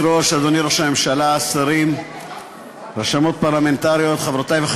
רבותי, אנחנו